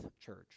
church